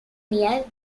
near